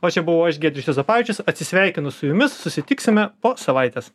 o čia buvau aš giedrius juozapavičius atsisveikinu su jumis susitiksime po savaitės